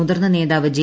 മുതിർന്ന നേതാവ് ജെ